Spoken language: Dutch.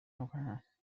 elkaar